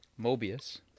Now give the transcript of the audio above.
Mobius